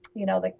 you know, like